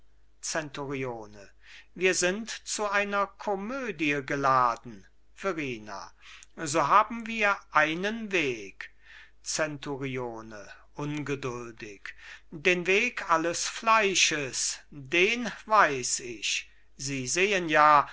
zenturione wir sind zu einer komödie geladen verrina so haben wir einen weg zenturione ungeduldig den weg alles fleisches den weiß ich sie sehen ja